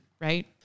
right